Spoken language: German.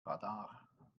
radar